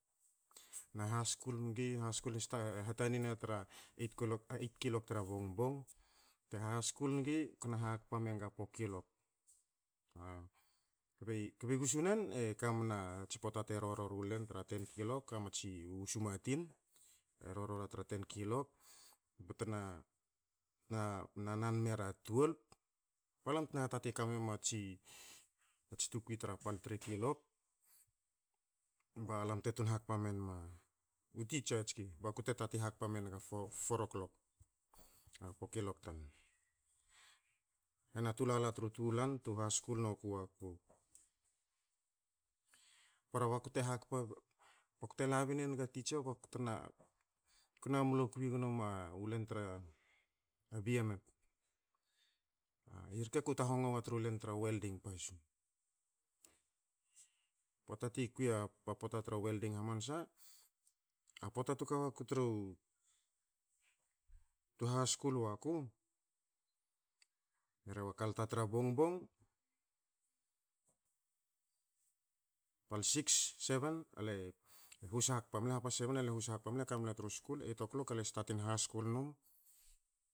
Na haskul ngi, haskul stat, hatani ne tra eight, eight kilok tra bongbong, bte haskul ngi bte na hakapa menga four kilok. kobi gusunen, e ka mna a tsi poata te rorou ra tra ten kllok bte na nana mera twelve, balam te tati na ka men ma matsi, mats tukwi tra pal tra three kilok, balam te tun hakpa memna, u titsa tski, baku te hakpa menga four o'clock, a po kilok tan. Hena tulala tru tu lan tu haskul noku wa ku. Bara baku te hakpa, bakte labin enga titsa bakte na mlo kwi gno menga u len tra bmf. Irke aku tahongo tru len tra welding pasu. Poata ti kwi a, poata tra welding hamansa, a poata tu ka wa ku tru, tu haskul wa ku, e rhe na kalta tra bongbong, pal six, seven, ale hus hakpla mle half past seven a hos hakpa ka mula tru school, eight kilok ale statin haskul num